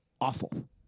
awful